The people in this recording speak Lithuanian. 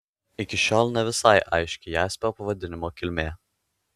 iki šiol ne visai aiški jaspio pavadinimo kilmė